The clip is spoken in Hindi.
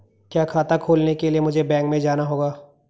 क्या खाता खोलने के लिए मुझे बैंक में जाना होगा?